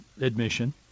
admission